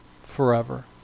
forever